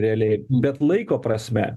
realiai bet laiko prasme